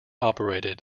operated